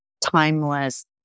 timeless